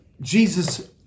Jesus